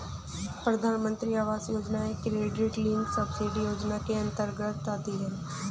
प्रधानमंत्री आवास योजना एक क्रेडिट लिंक्ड सब्सिडी योजना के अंतर्गत आती है